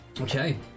Okay